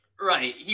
Right